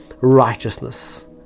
righteousness